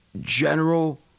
general